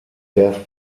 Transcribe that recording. death